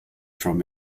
from